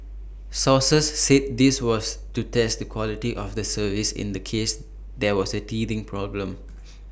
sources said this was to test the quality of the service in the case there were teething problems